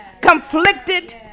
conflicted